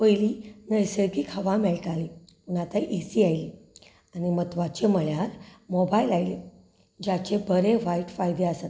पयलीं नैसर्गीक हवा मेळटाली आतां ए सी आयली आनी म्हत्वाचें म्हणल्यार मोबायल आयले जाचे बरे वायट फायदे आसात